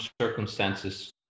circumstances